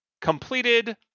completed